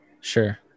Sure